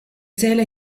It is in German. zähle